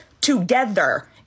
together